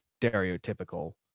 stereotypical